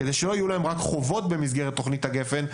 כדי שלא יהיו להם רק חובות במסגרת תכנית הגפ"ן,